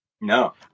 No